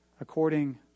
according